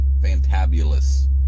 fantabulous